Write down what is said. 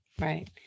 right